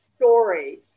story